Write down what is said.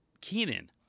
Keenan